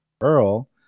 Earl